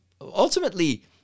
ultimately